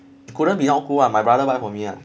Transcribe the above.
couldn't be not cool lah my brother buy for me lah